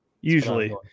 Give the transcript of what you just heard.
usually